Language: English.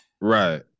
right